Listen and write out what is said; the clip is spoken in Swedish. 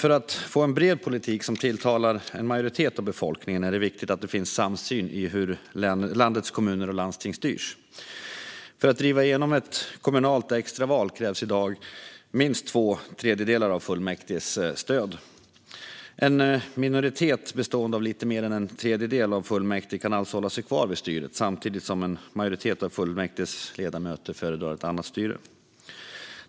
För att få en bred politik som tilltalar en majoritet av befolkningen är det viktigt att det finns samsyn i hur landets kommuner och landsting styrs. För att driva igenom ett kommunalt extraval krävs i dag stöd från minst två tredjedelar av fullmäktige. En minoritet bestående av lite mer än en tredjedel av fullmäktige kan alltså hålla sig kvar vid styret samtidigt som en majoritet av fullmäktiges ledamöter föredrar ett annat styre.